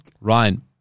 Ryan